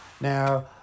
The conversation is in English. Now